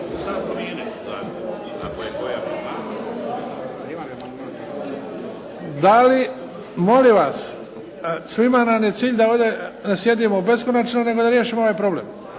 Da li… Molim vas! Svima nam je cilj da ovdje ne sjedimo beskonačno, nego da riješimo ovaj problem.